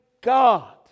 God